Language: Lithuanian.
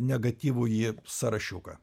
negatyvųjį sąrašiuką